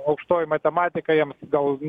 aukštoji matematika jiems gal